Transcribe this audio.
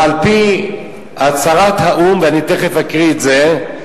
ועל-פי הצהרת האו"ם, ואני תיכף אקריא את זה.